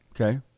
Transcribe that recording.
Okay